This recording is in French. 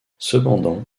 cependant